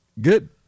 Good